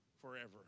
forever